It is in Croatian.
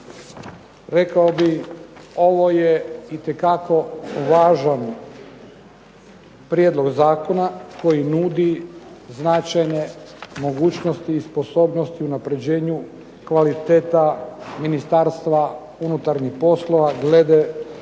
rekao bih ovo je itekako važan prijedlog zakona koji nudi značajne mogućnosti i sposobnosti unapređenju kvaliteta Ministarstva unutarnjih poslova glede